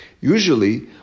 Usually